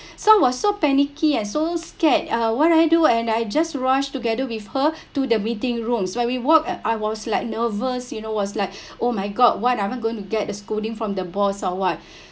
so I was so panicky ah so scared uh what I do and I just rush together with her to the meeting rooms while we walked uh I was like nervous you know was like oh my god what I'm going to get the scolding from the boss or what